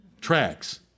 Tracks